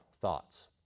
thoughts